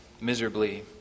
miserably